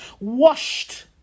Washed